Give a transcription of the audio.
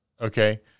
Okay